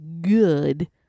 good